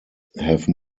have